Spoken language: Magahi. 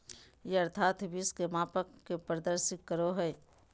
यथार्थ विश्व के मापन के प्रदर्शित करो हइ